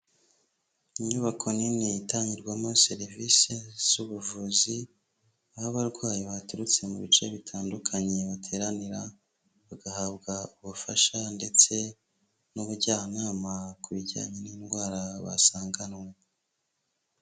Inyubako nini itangirwamo serivisi z'ubuvuzi, aho abarwayi baturutse mu bice bitandukanye bateranira bagahabwa ubufasha ndetse n'ubujyanama ku bijyanye n'indwara basanganywe.